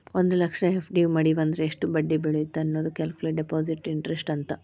ಒಂದ್ ಲಕ್ಷ ಎಫ್.ಡಿ ಮಡಿವಂದ್ರ ಎಷ್ಟ್ ಬಡ್ಡಿ ಬೇಳತ್ತ ಅನ್ನೋದ ಕ್ಯಾಲ್ಕುಲೆಟ್ ಡೆಪಾಸಿಟ್ ಇಂಟರೆಸ್ಟ್ ಅಂತ